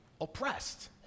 oppressed